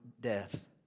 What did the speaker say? death